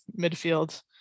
midfield